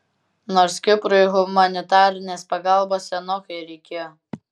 nors kiprui humanitarinės pagalbos senokai reikėjo